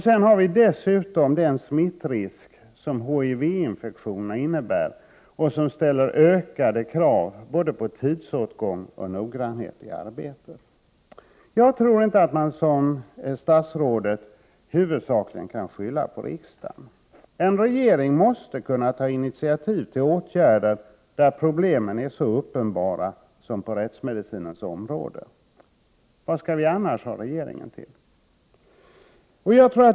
Dessutom ställer den smittrisk som HIV-infektionerna innebär ökade krav både på tidsåtgång och noggrannhet i arbetet. Jag tror inte, som statsrådet gör, att man i huvudsak kan skylla på riksdagen. En regering måste kunna ta initiativ till åtgärder, när problemen är så uppenbara som de är på rättsmedicinens område. Vad skall vi annars ha regeringen till?